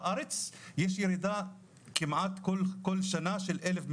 בארץ יש ירידה כמעט כל שנה של 1,000 מקרים.